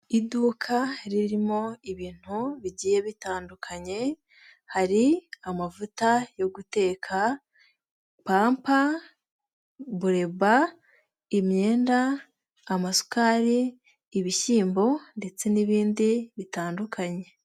Iduka ririmo ibintu bigiye bitandukanye, hari amavuta yo guteka, pampa, bureba, imyenda, amasukari, ibishyimbo ndetse n'ibindi bitandukanye.